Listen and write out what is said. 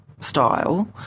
style